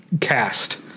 cast